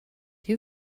you